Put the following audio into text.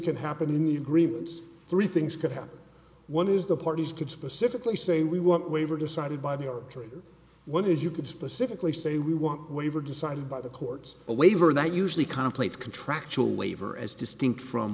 can happen in grievance three things could happen one is the parties could specifically say we want waiver decided by the arbitrator one is you could specifically say we want a waiver decided by the courts a waiver that usually complex contractual waiver as distinct from